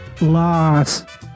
loss